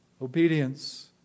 Obedience